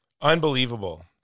Unbelievable